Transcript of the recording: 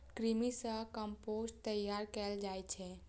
कृमि सं कंपोस्ट तैयार कैल जाइ छै